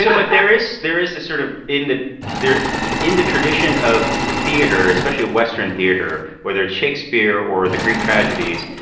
you know what there is there is a sort of in the there in the tradition of theater especially a western theater whether it's shakespeare or the greek tragedies.